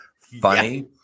funny